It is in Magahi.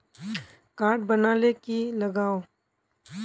कार्ड बना ले की लगाव?